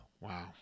Wow